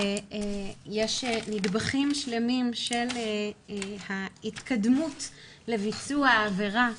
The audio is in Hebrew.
יש נדבכים שלמים של ההתקדמות לביצוע עבירה,